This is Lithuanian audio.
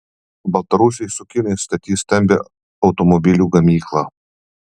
baltarusiai su kinais statys stambią automobilių gamyklą